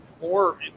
More